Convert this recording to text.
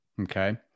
Okay